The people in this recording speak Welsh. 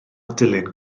dilyn